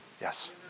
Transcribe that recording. Yes